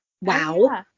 Wow